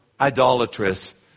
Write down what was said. idolatrous